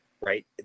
right